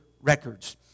records